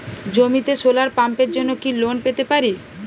জমিতে সোলার পাম্পের জন্য কি লোন পেতে পারি?